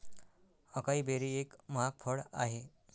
acai berry एक महाग फळ आहे